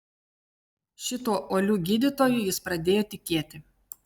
šituo uoliu gydytoju jis pradėjo tikėti